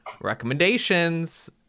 recommendations